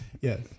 Yes